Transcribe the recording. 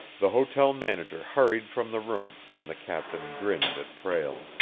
the hotel manager hurried from the room, and the captain grinned at prale.